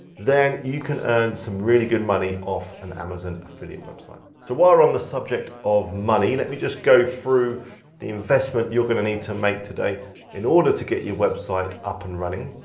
then you can earn some really good money off an amazon affiliate website. so while we're on the subject of money, let me just go through the investment you're gonna need to make in order to get your website up and running.